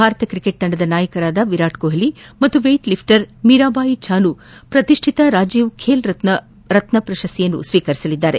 Bharat cricket ತಂಡದ ನಾಯಕ ವಿರಾಟ್ ಕೊಹ್ಲಿ ಹಾಗೂ ವೈಟ್ ಲಿಫ್ಟರ್ ಮೀರಾಬಾಯಿ ಚಾನು ಪ್ರತಿಷ್ಠಿಕ ರಾಜೀವ್ ಖೇಲ್ ರತ್ನ ಪ್ರಶಸ್ತಿ ಸ್ವೀಕರಿಸಲಿದ್ದಾರೆ